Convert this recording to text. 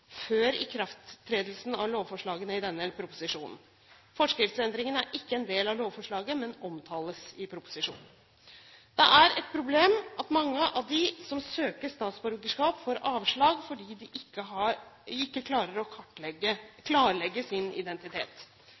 før ikrafttredelsen av lovforslagene i denne proposisjonen. Forskriftsendringene er ikke en del av lovforslaget, men omtales i proposisjonen. Det er et problem at mange av dem som søker statsborgerskap, får avslag fordi de ikke klarer å klarlegge sin identitet.